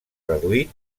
reduït